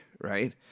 Right